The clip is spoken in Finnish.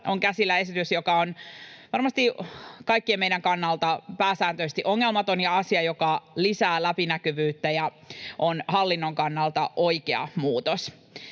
on käsillä esitys, joka on varmasti kaikkien meidän kannalta pääsääntöisesti ongelmaton ja asia, joka lisää läpinäkyvyyttä ja on hallinnon kannalta oikea muutos.